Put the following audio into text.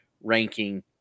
ranking